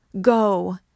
go